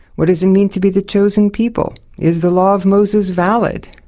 what does it mean to be the chosen people? is the law of moses valid?